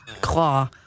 claw